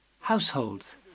households